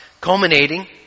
culminating